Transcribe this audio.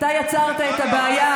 את יצרת את הבעיה,